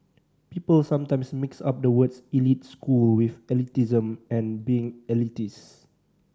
people sometimes mix up the words elite school with elitism and being elitist